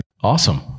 awesome